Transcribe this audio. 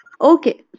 Okay